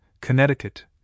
Connecticut